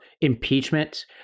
impeachment